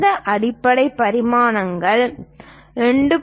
இந்த அடிப்படை பரிமாணங்கள் 2